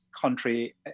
country